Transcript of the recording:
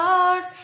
Lord